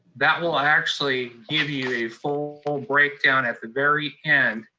that will actually give you a full full breakdown at the very end.